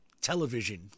television